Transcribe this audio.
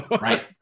Right